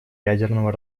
ядерного